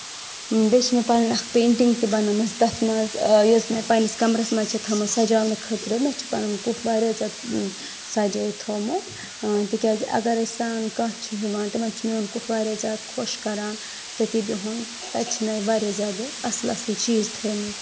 بیٚیہِ چھِ مےٚ پَنٕنۍ اکھ پینٹِنگ تہِ بَنٲومٕژ تَتھ منٛز یۄس مےٚ پَنٕنِس کَمرَس منٛز چھےٚ تھٲومٕژ سَجاؤنہٕ خٲطرٕ مےٚ چُھ پَنُن کُٹھ واریاہ زیادٕ سَجٲوِتھ تھومُت تِکیٚازِ اَگر أسۍ کانٛہہ چھ یِوان تِمن چھُ میون کُٹھ واریاہ زیادٕ خۄش کران تَتی بِہُن تَتہِ چھِ مےٚ واریاہ زیادٕ اَصٕل اَصٕل چیٖز تھٲیمٕتۍ